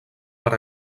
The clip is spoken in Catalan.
per